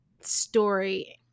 story